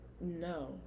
No